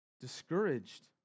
Discouraged